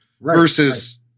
versus